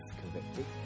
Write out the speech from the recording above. convicted